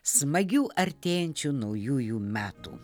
smagių artėjančių naujųjų metų